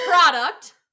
product